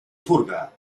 furga